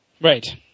right